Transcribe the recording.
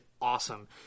awesome